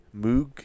Moog